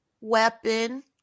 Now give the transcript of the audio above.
Weapon